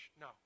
no